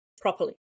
properly